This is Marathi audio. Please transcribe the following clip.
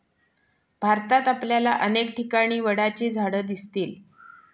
भारतात आपल्याला अनेक ठिकाणी वडाची झाडं दिसतील